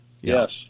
yes